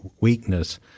weakness